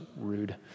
rude